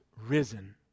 risen